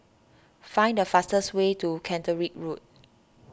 find the fastest way to Caterick Road